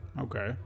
Okay